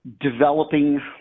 developing